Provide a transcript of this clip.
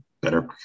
better